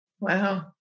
Wow